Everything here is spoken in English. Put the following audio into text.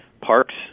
parks